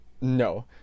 no